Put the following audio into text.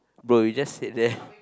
bro you just sit there